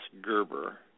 Gerber